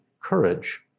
courage